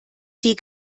sie